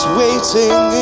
waiting